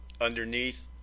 underneath